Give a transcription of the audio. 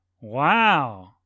Wow